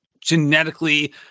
genetically